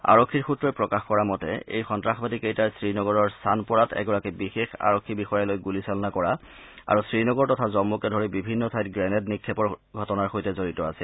আৰক্ষীৰ সূত্ৰই প্ৰকাশ কৰা মতে এই সন্নাসবাদীকেইটাই শ্ৰীনগৰৰ ছানপৰাত এগৰাকী বিশেষ আৰক্ষী বিষয়ালৈ গুলীচালনা কৰা আৰু শ্ৰীনগৰ তথা জম্মুকে ধৰি বিভিন্ন ঠাইত গ্ৰেনেড নিক্ষেপৰ ঘটনাৰ সৈতে জড়িত আছিল